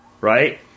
right